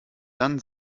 dann